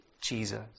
Jesus